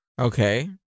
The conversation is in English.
Okay